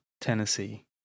Tennessee